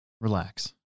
relax